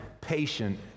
patient